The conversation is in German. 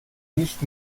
nicht